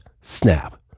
snap